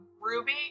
Ruby